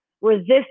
resist